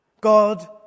God